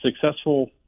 successful